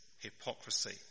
hypocrisy